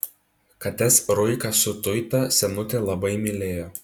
kates ruiką su tuita senutė labai mylėjo